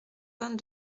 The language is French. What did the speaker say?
vingt